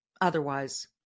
Otherwise